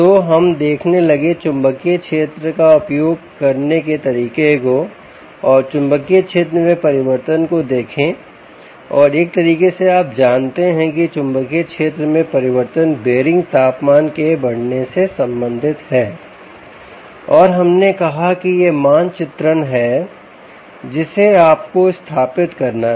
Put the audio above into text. तो हम देखने लगे चुंबकीय क्षेत्र का उपयोग करने के तरीके को और चुंबकीय क्षेत्र में परिवर्तन को देखें और एक तरीके से आप जानते हैं कि चुम्बकीय क्षेत्र में परिवर्तन बेयरिंग तापमान के बढ़ने से संबंधित है और हमने कहा कि यह मानचित्रण है जिसे आपको स्थापित करना है